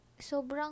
sobrang